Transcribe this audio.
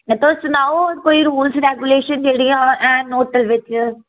तुस सनाओ कोई रूल्स रेग्युलेशन जेह्ड़ी जां हैन होटल बिच्च